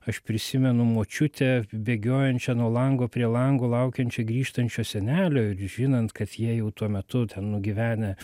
aš prisimenu močiutę bėgiojančią nuo lango prie lango laukiančią grįžtančio senelio ir žinant kad jie jau tuo metu ten nugyvenę